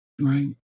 Right